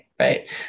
Right